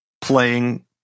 playing